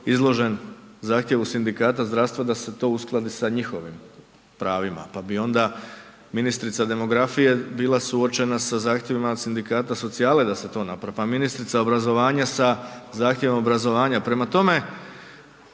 izložen zahtjevu sindikata zdravstva da se to uskladi sa njihovim pravima, pa bi onda ministrica demografije bila suočena sa zahtjevima od sindikata socijale da se to napravi, pa ministrica obrazovanja sa zahtjevom obrazovanja, prema tome